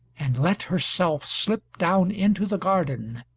and let herself slip down into the garden,